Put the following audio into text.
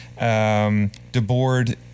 Debord